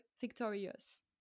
victorious